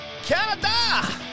Canada